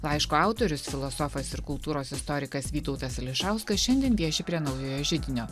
laiško autorius filosofas ir kultūros istorikas vytautas ališauskas šiandien vieši prie naujojo židinio